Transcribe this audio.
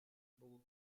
poco